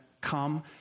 come